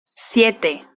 siete